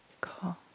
Cool